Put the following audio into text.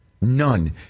none